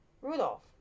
Rudolph